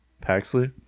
Paxley